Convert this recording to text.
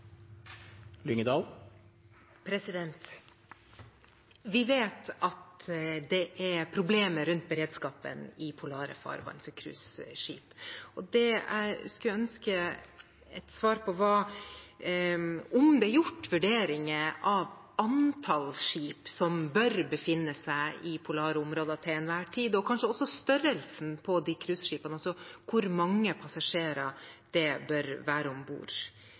Vi vet at det er problemer rundt beredskapen for cruiseskip i polare farvann, og det jeg kunne ønske et svar på, er om det er gjort vurderinger av antall skip som bør befinne seg i polare områder til enhver tid, og kanskje også størrelsen på de cruiseskipene, altså hvor mange passasjerer det bør være om bord.